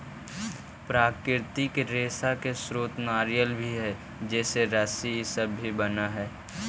प्राकृतिक रेशा के स्रोत नारियल भी हई जेसे रस्सी इ सब बनऽ हई